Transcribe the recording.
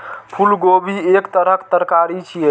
फूलगोभी एक तरहक तरकारी छियै